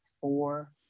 four